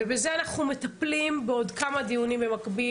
ובזה אנחנו מטפלים בעוד כמה דיונים במקביל.